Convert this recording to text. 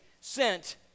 sent